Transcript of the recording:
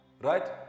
Right